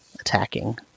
attacking